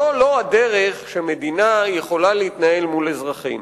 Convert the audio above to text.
זו לא הדרך שמדינה יכולה להתנהל מול אזרחים.